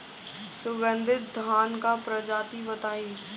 सुगन्धित धान क प्रजाति बताई?